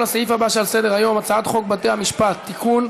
לסעיף הבא שעל סדר-היום: הצעת חוק בתי-המשפט (תיקון,